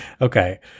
Okay